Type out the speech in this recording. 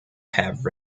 have